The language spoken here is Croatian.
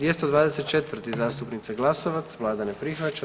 224. zastupnice Glasovac, vlada ne prihvaća.